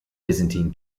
byzantine